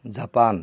Japan